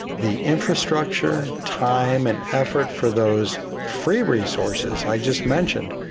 the infrastructure, time and effort for those free resources i just mentioned,